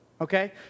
okay